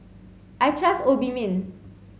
I trust Obimin